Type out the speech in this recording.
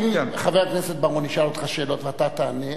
אם חבר הכנסת בר-און ישאל אותך שאלות ואתה תענה,